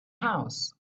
house